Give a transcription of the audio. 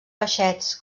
peixets